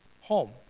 home